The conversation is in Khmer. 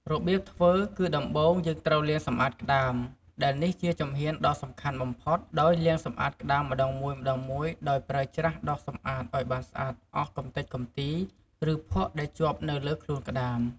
របៀបធ្វើគឺ ដំបូងយើងត្រូវលាងសម្អាតក្ដាម ដែលនេះជាជំហានដ៏សំខាន់បំផុត ដោយលាងសម្អាតក្ដាមម្តងមួយៗដោយប្រើច្រាស់ដុសសម្អាតឲ្យបានស្អាតអស់កម្ទេចកម្ទី ឬភក់ដែលជាប់នៅលើខ្លួនក្ដាម ។